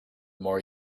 more